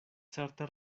certe